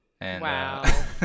Wow